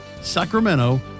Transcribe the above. Sacramento